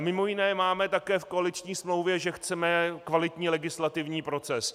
Mimo jiné máme také v koaliční smlouvě, že chceme kvalitní legislativní proces.